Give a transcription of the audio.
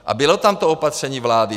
A bylo tam to opatření vlády.